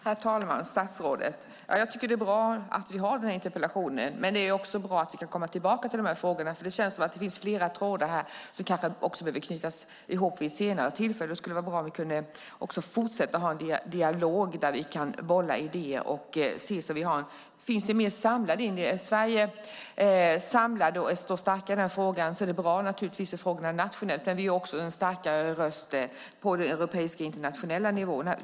Herr talman och statsrådet! Det är bra att vi har den här interpellationsdebatten. Men det är också bra att vi kan komma tillbaka till frågorna. Det känns som att det finns flera trådar som behöver knytas ihop vid ett senare tillfälle. Det vore bra om vi kunde fortsätta att ha en dialog, bolla idéer och ha en mer samlad linje. Det är bra om vi i Sverige är samlade och står starka i de här frågorna nationellt. Vi är då också en starkare röst på de europeiska och internationella nivåerna.